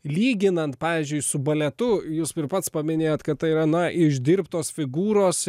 lyginant pavyzdžiui su baletu jūs pats paminėjote kad tai yra na išdirbtos figūros